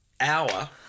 hour